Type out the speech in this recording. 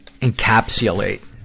encapsulate